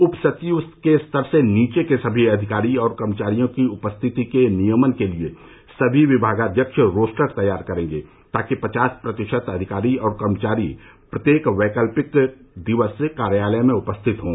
उपसचिव के स्तर से नीचे के सभी अधिकारी और कर्मचारियों की उपस्थिति के नियमन के लिए सभी विभागाध्यक्ष रोस्टर तैयार करेंगे ताकि पचास प्रतिशत अधिकारी और कर्मचारी प्रत्येक वैकल्पिक दिवस कार्यालय में उपस्थित हों